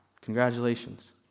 Congratulations